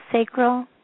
sacral